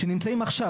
שנמצאים עכשיו,